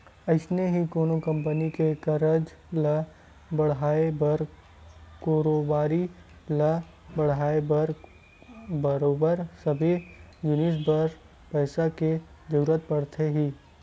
अइसने ही कोनो कंपनी के कारज ल बड़हाय बर कारोबारी ल बड़हाय बर बरोबर सबे जिनिस बर पइसा के जरुरत पड़थे ही